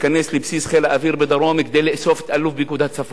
לבסיס חיל האוויר בדרום כדי לאסוף את אלוף פיקוד הצפון.